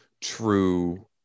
true